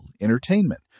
entertainment